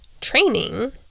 training